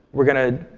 we're going to,